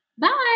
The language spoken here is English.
Bye